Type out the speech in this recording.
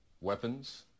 weapons